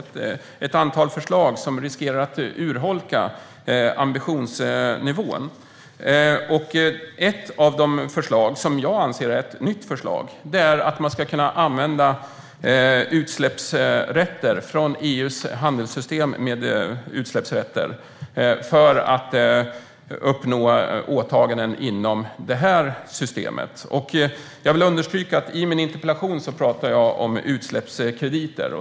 Det är ett antal förslag som riskerar att urholka ambitionsnivån. Ett av de förslagen, som jag anser är ett nytt förslag, är att man ska kunna använda utsläppsrätter från EU:s handelssystem med utsläppsrätter för att uppnå åtaganden inom det här systemet. Jag vill understryka att i min interpellation talar jag om utsläppskrediter.